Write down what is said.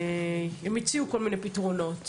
הם הציעו כל מיני פתרונות,